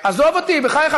עזוב אותי, בחייך.